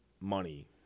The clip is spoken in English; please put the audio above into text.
money